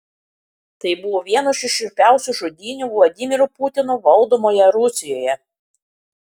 tai buvo vienos iš šiurpiausių žudynių vladimiro putino valdomoje rusijoje